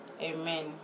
Amen